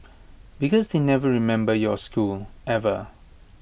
because they never remember your school ever